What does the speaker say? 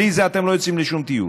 בלי זה אתם לא יוצאים לשום טיול.